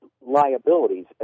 liabilities